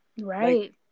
Right